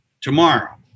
Tomorrow